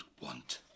want